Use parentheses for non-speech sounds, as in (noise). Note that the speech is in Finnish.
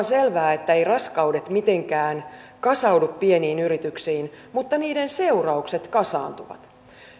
(unintelligible) selvää että eivät raskaudet mitenkään kasaudu pieniin yrityksiin mutta niiden seuraukset kasaantuvat